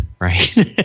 Right